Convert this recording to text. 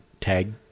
tag